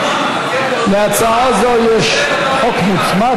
להצעה זו יש חוק מוצמד,